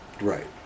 Right